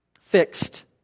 fixed